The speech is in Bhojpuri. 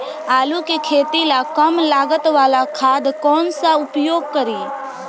आलू के खेती ला कम लागत वाला खाद कौन सा उपयोग करी?